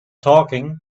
talking